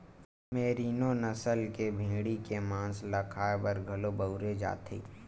मेरिनों नसल के भेड़ी के मांस ल खाए बर घलो बउरे जाथे